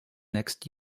next